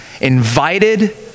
Invited